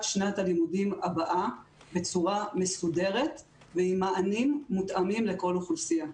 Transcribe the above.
שנת הלימודים הבאה בצורה מסודרת ועם מענים מותאמים לכל אוכלוסייה.